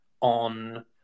on